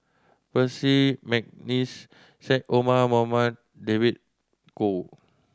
Percy McNeice Syed Omar Mohamed David Kwo